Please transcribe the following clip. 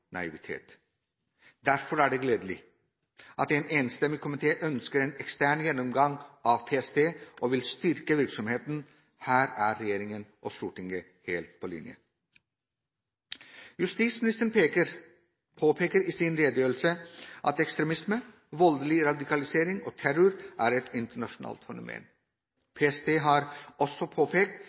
er det gledelig at en enstemmig komité ønsker en ekstern gjennomgang av PST og vil styrke virksomheten. Her er regjeringen og Stortinget helt på linje. Justisministeren påpeker i sin redegjørelse at ekstremisme, voldelig radikalisering og terror er et internasjonalt fenomen. PST har også påpekt